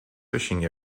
fishing